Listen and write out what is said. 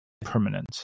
permanent